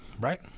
right